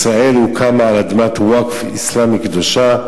ישראל הוקמה על אדמת ווקף אסלאמית קדושה,